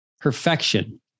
perfection